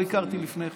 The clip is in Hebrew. לא הכרתי לפני כן.